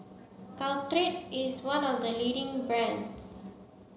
Caltrate is one of the leading brands